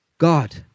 God